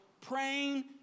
praying